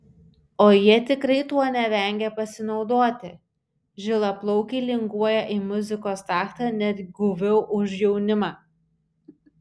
o jie tikrai tuo nevengia pasinaudoti žilaplaukiai linguoja į muzikos taktą net guviau už jaunimą